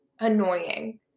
annoying